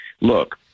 Look